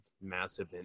massive